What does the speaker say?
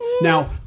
Now